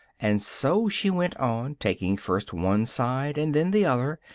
and so she went on, taking first one side, and then the other,